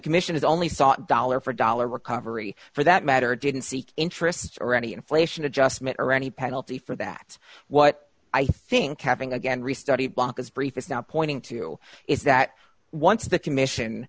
commission is only sought dollar for dollar recovery for that matter didn't seek interests or any inflation adjustment or any penalty for that what i think happening again restudy baucus brief is now pointing to is that once the commission